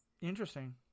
Interesting